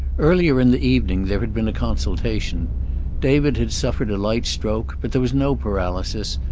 earlier in the evening there had been a consultation david had suffered a light stroke, but there was no paralysis,